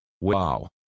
Wow